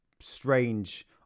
strange